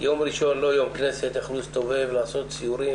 יום ראשון הוא לא יום כנסת ויכלו להסתובב ולעשות סיורים